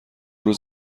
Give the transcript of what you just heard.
روز